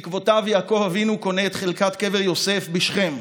בעקבותיו יעקב אבינו קונה את חלקת קבר יוסף בשכם,